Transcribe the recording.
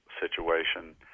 situation